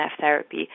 therapy